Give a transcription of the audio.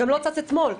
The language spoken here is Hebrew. גם לא צץ אתמול.